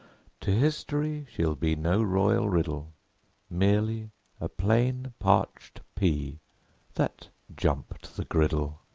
to history she'll be no royal riddle merely a plain parched pea that jumped the griddle.